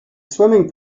swimming